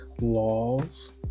Laws